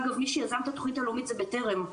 אגב מי שיזם את התוכנית הלאומית זה בטרם,